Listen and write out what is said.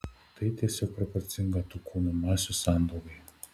tai tiesiog proporcinga tų kūnų masių sandaugai